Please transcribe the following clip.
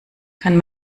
kann